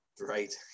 right